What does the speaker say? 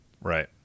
Right